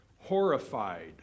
horrified